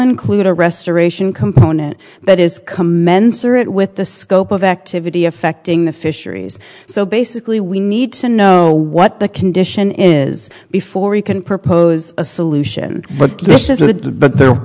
include a restoration component that is commensurate with the scope of activity affecting the fisheries so basically we need to know what the condition is before you can propose a solution but